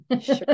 Sure